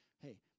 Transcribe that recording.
Hey